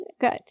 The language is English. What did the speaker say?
Good